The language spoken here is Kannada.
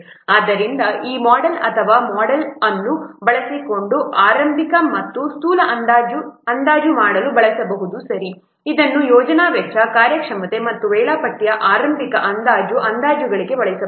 ಆದ್ದರಿಂದ ಈ ಮೋಡೆಲ್ ಅಥವಾ ಈ ಮೋಡೆಲ್ ಅನ್ನು ಬಳಸಿಕೊಂಡು ಆರಂಭಿಕ ಮತ್ತು ಸ್ಥೂಲ ಅಂದಾಜುಗಳನ್ನು ಅಂದಾಜು ಮಾಡಲು ಬಳಸಬಹುದು ಸರಿ ಇದನ್ನು ಯೋಜನಾ ವೆಚ್ಚ ಕಾರ್ಯಕ್ಷಮತೆ ಮತ್ತು ವೇಳಾಪಟ್ಟಿಯ ಆರಂಭಿಕ ಅಂದಾಜು ಅಂದಾಜುಗಳಿಗೆ ಬಳಸಬಹುದು